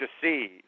deceive